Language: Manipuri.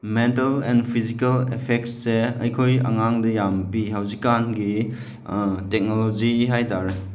ꯃꯦꯟꯇꯦꯜ ꯑꯦꯟ ꯐꯤꯁꯤꯀꯦꯜ ꯑꯐꯦꯛꯁꯦ ꯑꯩꯈꯣꯏ ꯑꯉꯥꯡꯗ ꯌꯥꯝ ꯄꯤ ꯍꯧꯖꯤꯛꯀꯥꯟꯒꯤ ꯇꯦꯛꯅꯣꯂꯣꯖꯤ ꯍꯥꯏ ꯇꯥꯔꯦ